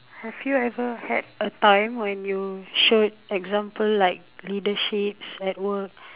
have you ever had a time when you showed example like leaderships at work